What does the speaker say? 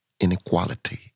inequality